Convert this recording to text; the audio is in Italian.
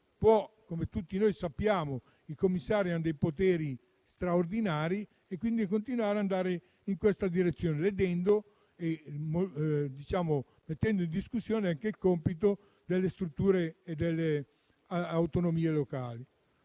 Come tutti sappiamo, i commissari hanno poteri straordinari, quindi continuano ad andare in questa direzione, mettendo in discussione anche il compito delle autonomie locali.